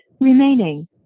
remaining